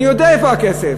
אני יודע איפה הכסף.